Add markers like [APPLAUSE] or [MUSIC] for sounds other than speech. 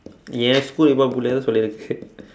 என்:en school எப்போதும்:eppoothum தான் சொல்லிருக்கு:thaan sollirukku [LAUGHS]